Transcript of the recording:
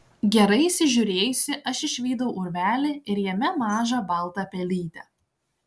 gerai įsižiūrėjusi aš išvydau urvelį ir jame mažą baltą pelytę